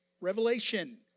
Revelation